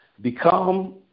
Become